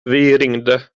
ringde